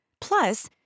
Plus